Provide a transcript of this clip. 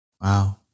Wow